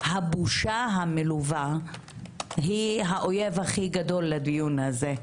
הבושה המלווה היא האויב הכי גדול לדיון הזה.